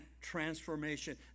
transformation